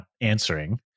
answering